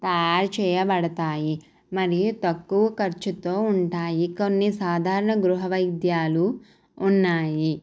తయారు చేయబడతాయి మరియు తక్కువ ఖర్చుతో ఉంటాయి కొన్ని సాధారణ గృహవైద్యాలు ఉన్నాయి